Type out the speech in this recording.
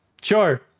Sure